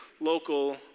local